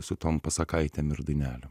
su tom pasakaitėm ir dainelėm